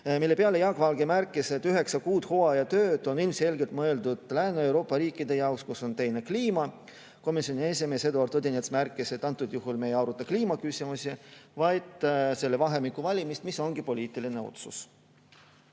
Selle peale Jaak Valge märkis, et üheksa kuud hooajatööd on ilmselgelt mõeldud Lääne-Euroopa riikide jaoks, kus on teine kliima. Komisjoni esimees Eduard Odinets märkis, et antud juhul me ei aruta kliimaküsimusi, vaid selle vahemiku valimist, mis ongi poliitiline otsus.